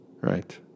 right